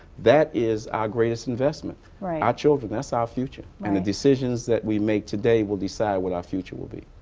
that is our greatest investment. our children that's our future. and the decisions that we make today will decide what our future will be.